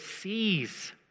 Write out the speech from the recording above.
sees